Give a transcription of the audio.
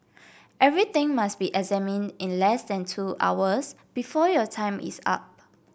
everything must be examined in less than two hours before your time is up